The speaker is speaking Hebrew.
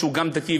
שהוא גם דתי,